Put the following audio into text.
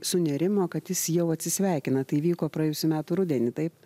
sunerimo kad jis jau atsisveikina tai vyko praėjusių metų rudenį taip